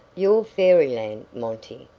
your fairyland, monty,